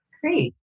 Great